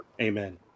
Amen